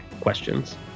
questions